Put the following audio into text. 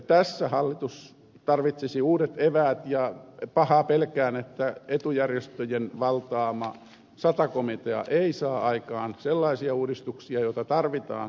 tässä hallitus tarvitsisi uudet eväät ja pahaa pelkään että etujärjestöjen valtaama sata komitea ei saa aikaan sellaisia uudistuksia joita tarvitaan